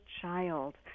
child